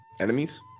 enemies